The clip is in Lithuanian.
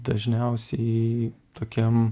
dažniausiai tokiam